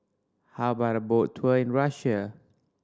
how about a boat tour in Russia